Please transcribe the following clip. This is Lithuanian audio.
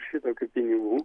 šitokių pinigų